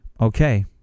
okay